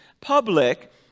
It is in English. public